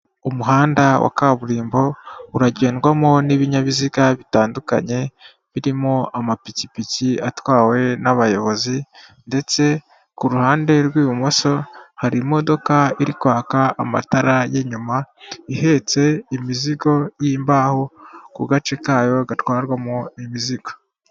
Umuhanda wa kaburimbo uragendwamo n'ibinyabiziga bitandukanye, birimo amapikipiki atwawe n'abayobozi ndetse kuruhande rw'ibumoso hari imodoka iri kwaka amatara y'inyuma ihetse imizigo y'imbaho ku gace kayo gatwarwamo imizigo.